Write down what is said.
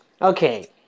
Okay